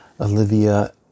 Olivia